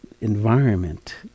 environment